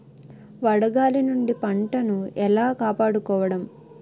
వడగాలి నుండి పంటను ఏలా కాపాడుకోవడం?